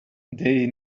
they